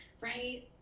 Right